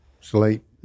sleep